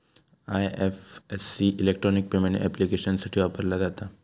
IFSC electronic payment ऍप्लिकेशन्ससाठी वापरला जाता